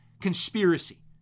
conspiracy